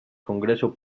congreso